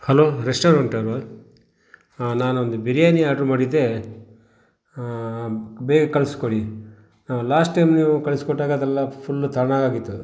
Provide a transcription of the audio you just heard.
hello restaurant ಅಲ್ವ ಹಾಂ ನಾನೊಂದು ಬಿರಿಯಾನಿ ಆರ್ಡರ್ ಮಾಡಿದ್ದೆ ಬೇಗ ಕಳ್ಸ್ಕೊಡಿ ಹಾಂ ಲಾಸ್ಟ್ ಟೈಮ್ ನೀವು ಕಳಿಸ್ಕೊಟ್ಟಾಗ ಅದೆಲ್ಲ ಫುಲ್ಲು ತಣ್ಣಗಾಗಿತ್ತು ಅದು